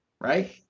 right